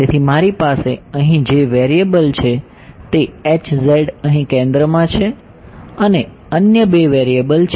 તેથી મારી પાસે અહીં જે વેરિએબલ છે તે અહીં કેન્દ્રમાં છે અને અન્ય બે વેરિએબલ છે